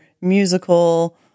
musical